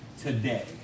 today